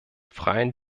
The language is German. freien